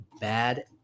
bad